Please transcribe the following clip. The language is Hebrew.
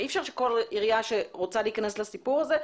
אי אפשר שכל עירייה שרוצה להיכנס לסיפור הזה,